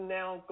now